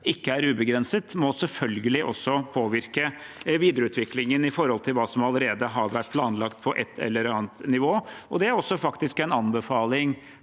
ikke er ubegrenset, må selvfølgelig også påvirke videreutviklingen når det gjelder hva som allerede har vært planlagt på et eller annet nivå. Det er faktisk også en anbefaling